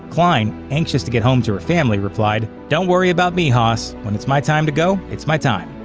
cline, anxious to get home to her family, replied don't worry about me, hoss. when it's my time to go, it's my time.